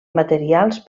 materials